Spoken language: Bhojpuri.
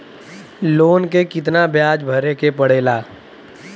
लोन के कितना ब्याज भरे के पड़े ला?